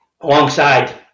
alongside